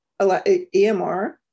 EMR